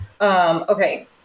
Okay